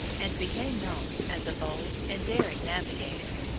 and became known as a bold and daring navigator.